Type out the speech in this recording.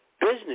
Business